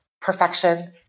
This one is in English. perfection